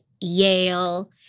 Yale